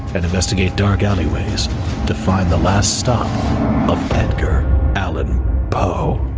and investigate dark alleyways to find the last stop of edgar allan poe.